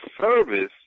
service